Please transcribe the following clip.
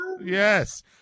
Yes